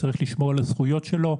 צריך לשמור על הזכויות שלו,